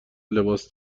لباس